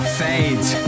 fades